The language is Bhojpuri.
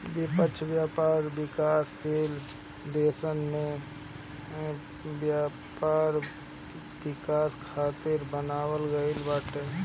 निष्पक्ष व्यापार विकासशील देसन के व्यापार विकास खातिर बनावल गईल बाटे